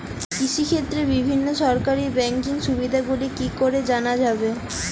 কৃষিক্ষেত্রে বিভিন্ন সরকারি ব্যকিং সুবিধাগুলি কি করে জানা যাবে?